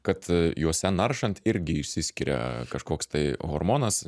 kad a juose naršant irgi išsiskiria kažkoks tai hormonas